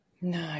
No